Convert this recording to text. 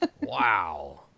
Wow